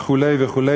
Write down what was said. וכו' וכו',